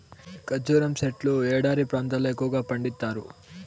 ఖర్జూరం సెట్లు ఎడారి ప్రాంతాల్లో ఎక్కువగా పండిత్తారు